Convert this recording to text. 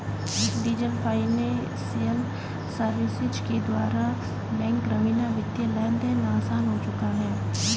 diesel financial services के द्वारा bank रवीना वित्तीय लेनदेन आसान हो चुका है